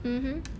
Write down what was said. mmhmm